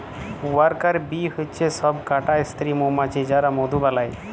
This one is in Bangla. ওয়ার্কার বী হচ্যে সব কটা স্ত্রী মমাছি যারা মধু বালায়